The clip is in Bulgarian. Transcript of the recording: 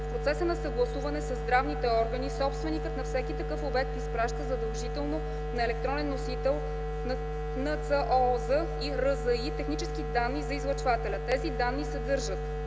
В процеса на съгласуване със здравните органи собственикът на всеки такъв обект изпраща задължително на електронен носител в НЦООЗ и РЗИ технически данни за излъчвателя. Тези данни съдържат: